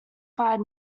fired